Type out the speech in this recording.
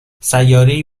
سیارهای